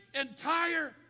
entire